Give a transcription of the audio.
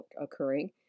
occurring